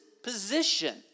position